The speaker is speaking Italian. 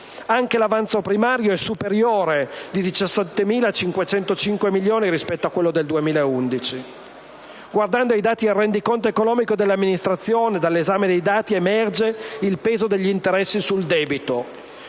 Anche l'avanzo primario è superiore di 17.505 milioni rispetto a quello del 2011. Guardando i dati del rendiconto economico delle amministrazioni, dall'esame dei dati emerge il peso degli interessi sul debito